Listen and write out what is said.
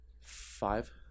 five